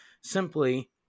simply